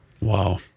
Wow